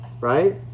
right